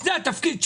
זה התפקיד שלנו?